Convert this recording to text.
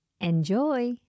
Enjoy